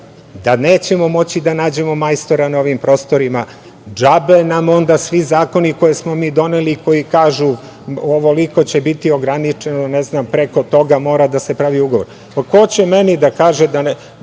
da nećemo moći da nađemo majstora na ovim prostorima. Džabe nam onda svi zakoni koje smo mi doneli, koji kažu - ovoliko će biti ograničeno, ne znam, preko toga mora da se pravi ugovor. Pa, ko će meni da kaže… neće